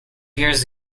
years